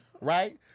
right